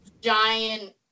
giant